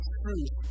truth